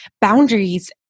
boundaries